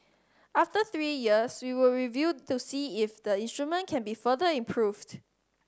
after three years we would review to see if the instrument can be further improved